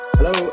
Hello